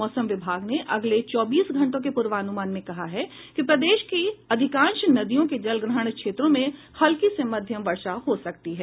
मौसम विभाग ने अगले चौबीस घंटों के पूर्वानुमान में कहा है कि प्रदेश की अधिकांश नदियों के जलग्रहण क्षेत्रों में हल्की से मध्यम वर्षा हो सकती है